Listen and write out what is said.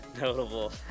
Notable